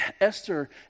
Esther